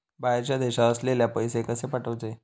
बाहेरच्या देशात असलेल्याक पैसे कसे पाठवचे?